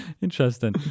interesting